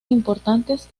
importantes